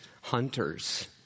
hunters